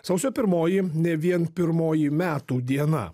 sausio pirmoji ne vien pirmoji metų diena